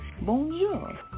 Bonjour